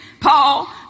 Paul